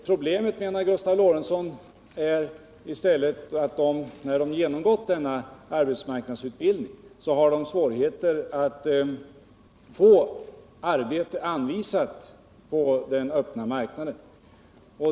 Problemet, menar Gustav Lorentzon, är att de när de genomgått denna arbetsmarknadsutbildning har svårigheter att få arbete anvisat på den öppna marknaden.